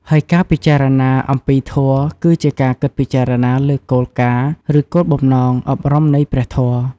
ហើយការពិចារណាអំពីធម៌ គឺជាការគិតពិចារណាលើគោលការណ៍ ឬគោលបំណងអប់រំនៃព្រះធម៌។